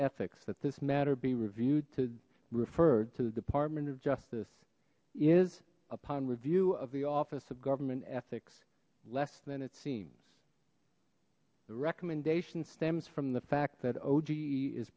ethics that this matter be reviewed to refer to the department of justice is upon review of the office of government ethics less than it seems the recommendation stems from the fact that o